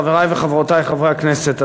חברי וחברותי חברי הכנסת,